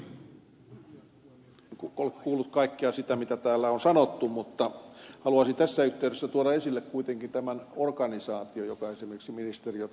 en ole kuullut kaikkea sitä mitä täällä on sanottu mutta haluaisin tässä yhteydessä tuoda esille kuitenkin tämän organisaation joka esimerkiksi ministeriötasolla on